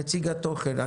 נציג התוכן, בבקשה.